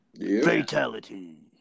Fatality